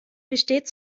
besteht